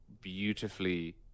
beautifully